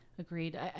Agreed